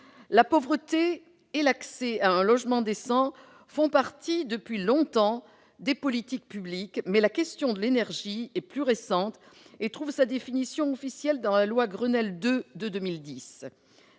La pauvreté et l'accès à un logement décent font partie depuis longtemps des politiques publiques, mais la question de l'énergie est plus récente et trouve sa définition officielle dans la loi Grenelle II de 2010.